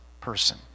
person